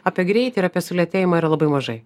apie greitį ir apie sulėtėjimą yra labai mažai